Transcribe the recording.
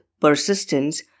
Persistence